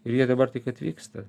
ir jie dabar tik atvyksta